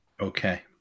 Okay